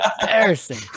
embarrassing